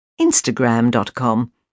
Instagram.com